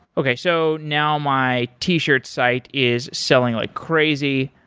okay. so now, my t-shirt site is selling like crazy.